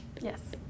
Yes